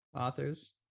authors